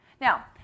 Now